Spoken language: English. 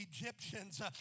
Egyptians